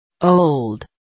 Old